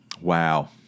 Wow